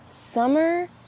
summer